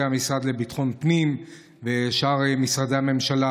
המשרד לביטחון פנים ושאר משרדי הממשלה,